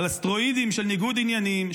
על הסטרואידים של ניגוד עניינים,